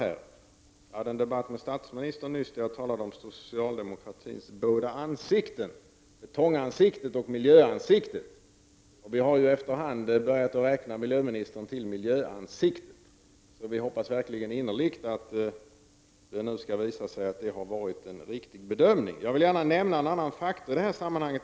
Jag hade nyss en debatt med statsministern, där jag talade om socialdemokratins båda ”ansikten”: ”betongansiktet” och ”miljöansiktet”. Vi har ju efter hand börjat räkna miljöministern till ”miljöansiktet”. Jag hoppas innerligt att det nu skall visa sig ha varit en riktig bedömning. Jag vill också nämna en annan faktor i detta sammanhang.